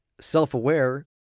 self-aware